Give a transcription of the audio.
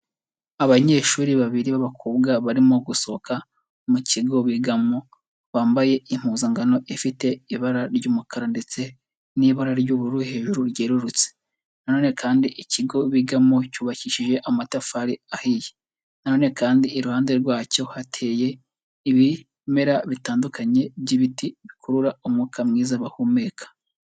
Abanyeshuri babiri b'abakobwa barimo gusohoka mu kigo bigamo, bambaye impuzangano ifite ibara ry'umukara ndetse n'ibara ry'uburu hejuru ryerurutse, na none kandi ikigo bigamo cyubakishije amatafari ahiye, nanone kandi iruhande rwacyo hateye ibimera bitandukanye by'ibiti bikurura umwuka mwiza bahumeka.